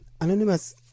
Anonymous